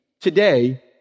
today